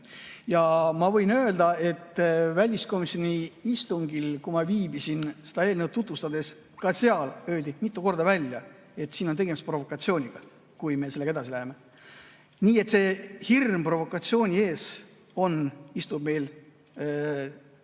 ja ma võin öelda, et väliskomisjoni istungil, kus ma viibisin seda eelnõu tutvustades, öeldi mitu korda välja, et tegemist on provokatsiooniga, kui me sellega edasi läheme. Nii et see hirm provokatsiooni ees on, istub meil